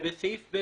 בסעיף 3(ב)